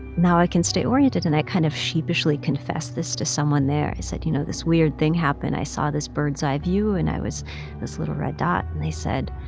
now i can stay oriented. and i kind of sheepishly confessed this to someone there. i said, you know, this weird thing happened. i saw this bird's-eye view, and i was this little red dot. and they said,